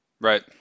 right